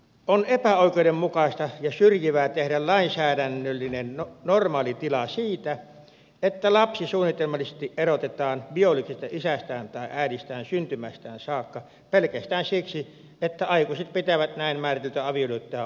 on epäoikeudenmukaista ja syrjivää tehdä lainsäädännöllinen normaali tila siitä että lapsi suunnitelmallisesti erotetaan biologisesta isästään tai äidistään syntymästään saakka pelkästään siksi että aikuiset pitävät näin määriteltyä avioliittoa oikeutenaan